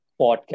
podcast